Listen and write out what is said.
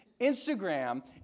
Instagram